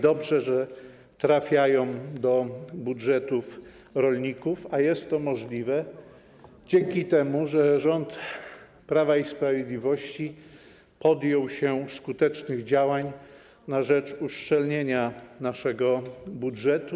Dobrze, że trafiają do budżetów rolników, a jest to możliwe dzięki temu, że rząd Prawa i Sprawiedliwości podjął skuteczne działania na rzecz uszczelnienia naszego budżetu.